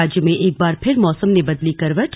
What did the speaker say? राज्य में एक बार फिर मौसम ने बदली करवट